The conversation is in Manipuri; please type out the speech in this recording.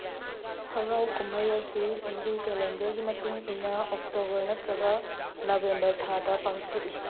ꯍꯔꯥꯎ ꯀꯨꯝꯍꯩ ꯑꯁꯤ ꯍꯤꯟꯗꯨ ꯀꯦꯂꯦꯟꯗꯔꯒꯤ ꯃꯇꯨꯡꯏꯟꯅ ꯑꯣꯛꯇꯣꯕꯔ ꯅꯠꯇ꯭ꯔꯒ ꯅꯕꯦꯝꯕꯔ ꯊꯥꯗ ꯄꯥꯡꯊꯣꯛꯏ